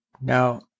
Now